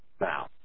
now